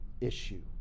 issue